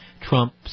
Trump